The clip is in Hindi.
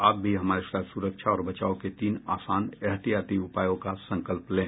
आप भी हमारे साथ सुरक्षा और बचाव के तीन आसान एहतियाती उपायों का संकल्प लें